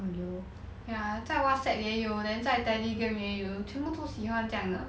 ya 在 whatsapp 也有 then 在 telegram 也有全部都喜欢这样的